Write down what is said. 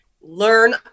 learn